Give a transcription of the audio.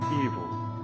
evil